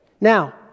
Now